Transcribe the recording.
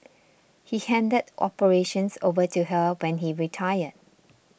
he handed operations over to her when he retired